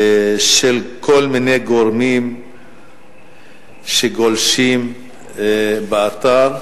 של כל מיני גורמים שגולשים באתר.